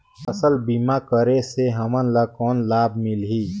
फसल बीमा करे से हमन ला कौन लाभ मिलही?